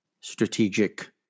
strategic